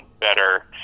better